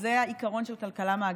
וזה העיקרון של כלכלה מעגלית.